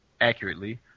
accurately